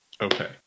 Okay